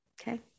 Okay